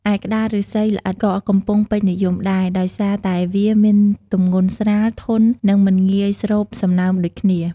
ឯ ក្ដារឫស្សីស្អិតក៏កំពុងពេញនិយមដែរ ដោយសារតែវាមានទម្ងន់ស្រាល ធន់ និងមិនងាយស្រូបសំណើមដូចគ្នា។